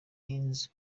inzu